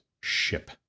Ship